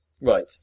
Right